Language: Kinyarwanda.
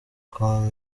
com